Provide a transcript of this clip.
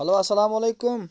hello اَسلامُ علیکُم